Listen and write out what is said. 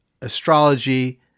astrology